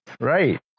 right